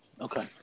Okay